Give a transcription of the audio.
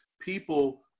people